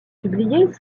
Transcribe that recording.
publiés